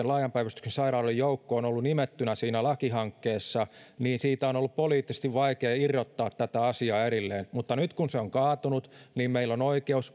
laajan päivystyksen sairaaloiden joukko on ollut nimettynä siinä lakihankkeessa niin siitä on ollut poliittisesti vaikea irrottaa tätä asiaa erilleen nyt kun se on kaatunut meillä on oikeus